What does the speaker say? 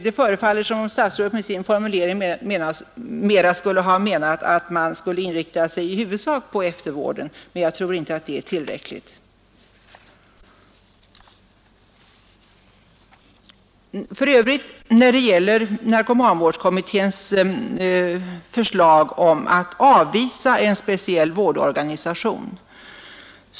Det förefaller som om statsrådet med sin formulering snarast skulle ha menat att man skulle inrikta sig i huvudsak på eftervården, men jag tror inte att det är tillräckligt. Narkomanvårdskommittén avvisar tanken på en speciell vårdorganisation.